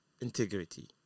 integrity